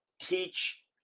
teach